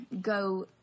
go